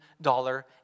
dollar